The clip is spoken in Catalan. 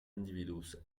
individus